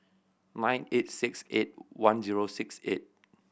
nine eight six eight one zero six eight